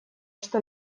что